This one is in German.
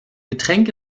getränk